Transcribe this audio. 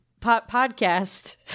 podcast